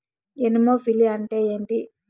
Anemophily అంటే ఏంటి?